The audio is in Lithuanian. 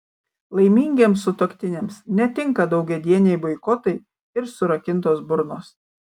laimingiems sutuoktiniams netinka daugiadieniai boikotai ir surakintos burnos